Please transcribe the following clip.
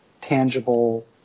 tangible